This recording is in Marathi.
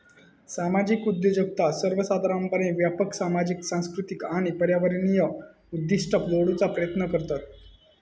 सामाजिक उद्योजकता सर्वोसाधारणपणे व्यापक सामाजिक, सांस्कृतिक आणि पर्यावरणीय उद्दिष्टा जोडूचा प्रयत्न करतत